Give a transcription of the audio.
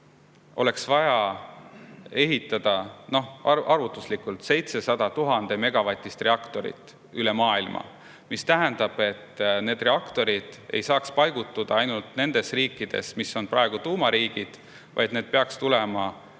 oleks vaja ehitada arvutuslikult 700 1000-megavatist reaktorit üle maailma. See tähendab, et reaktorid ei saaks paigutuda ainult nendes riikides, mis on praegu tuumariigid, vaid need peaksid tulema